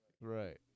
right